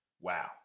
Wow